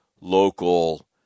local